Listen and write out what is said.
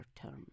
term